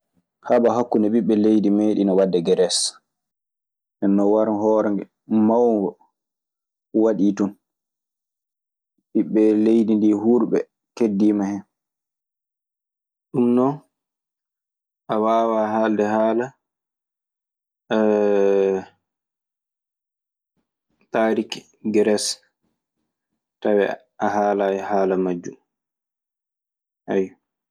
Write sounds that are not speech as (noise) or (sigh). Haɓo hakkunde biɓɓe leydi meɗiino waɗde Geres. Nden non warngo hoornge mawngo waɗii ton. Ɓiɓɓe leydi ndii huurɓe keddima hen. Ɗun non a waawa haalde haala (hesitation) taariki Geres tawee a haalaayi haala majjun. Ayyo.